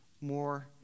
more